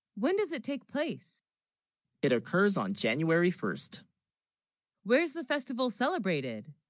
when does it take place it occurs on january first where's the festival celebrated